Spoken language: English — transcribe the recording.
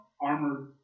armored